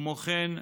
כמו כן,